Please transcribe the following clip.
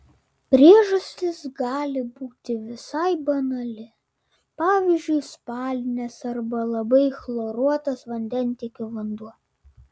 priežastis gali būti visai banali pavyzdžiui spalinės arba labai chloruotas vandentiekio vanduo